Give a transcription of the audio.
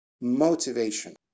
motivation